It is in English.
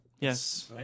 Yes